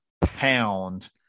pound